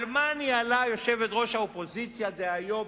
על מה ניהלה יושבת-ראש האופוזיציה דהיום,